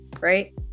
right